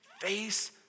face